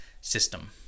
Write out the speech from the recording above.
system